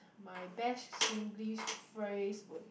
my best singlish phrase would